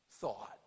thought